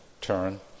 turn